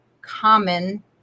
common